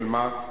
של מע"צ,